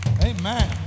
Amen